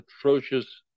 atrocious